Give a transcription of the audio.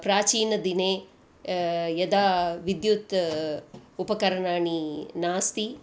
प्राचीनदिने यदा विद्युत् उपकरणानि नास्ति